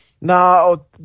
No